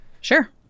Sure